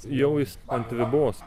jau jis ant ribos